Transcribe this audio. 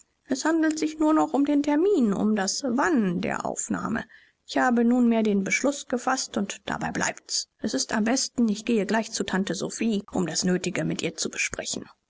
es handelte sich nur noch um den termin um das wann der aufnahme ich habe nunmehr den beschluß gefaßt und dabei bleibt's es ist am besten ich gehe gleich zu tante sophie um das nötige mit ihr zu besprechen